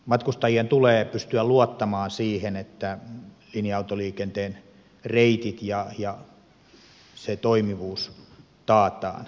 matkustajien tulee pystyä luottamaan siihen että linja autoliikenteen reitit ja se toimivuus taataan